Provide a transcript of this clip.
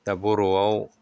दा बर'आव